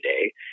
today